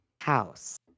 house